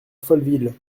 folleville